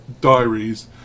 diaries